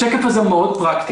השקף הזה הוא מאוד פרקטי.